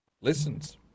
listens